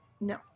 no